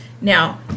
Now